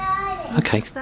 Okay